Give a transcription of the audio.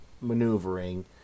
maneuvering